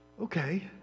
Okay